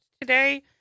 today